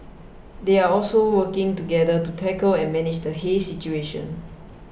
they are also working together to tackle and manage the haze situation